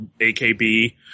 AKB